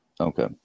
Okay